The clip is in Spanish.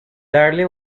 darle